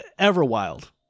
Everwild